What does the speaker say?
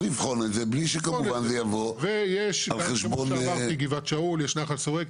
ויש כמו שאמרתי, גבעת שאול, יש את נחל סורק.